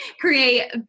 create